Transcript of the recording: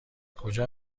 کجا